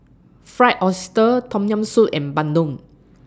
Fried Oyster Tom Yam Soup and Bandung